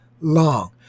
long